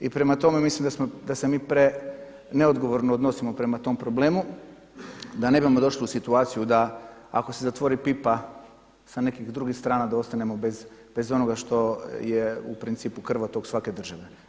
I prema tome, mislim da se mi preneodgovorno odnosimo prema tom problemu, da ne bismo došli u situaciju da ako se zatvori pipa sa nekih drugih strana da ostanemo bez onoga što je u principu krvotok svake države.